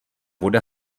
voda